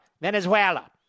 Venezuela